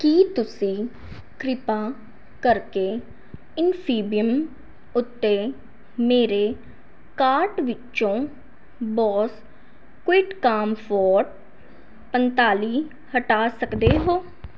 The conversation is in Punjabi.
ਕੀ ਤੁਸੀਂ ਕਿਰਪਾ ਕਰਕੇ ਇਨਫੀਬੀਮ ਉੱਤੇ ਮੇਰੇ ਕਾਰਟ ਵਿੱਚੋਂ ਬੋਸ ਕੁਈਟ ਕਾਮਫੋਰਟ ਪੰਤਾਲੀ ਹਟਾ ਸਕਦੇ ਹੋ